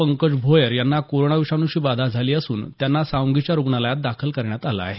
पंकज भोयर यांना कोरोना विषाणूची बाधा झाली असून त्यांना सावंगीच्या रुग्णालयात दाखल करण्यात आलं आहे